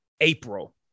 April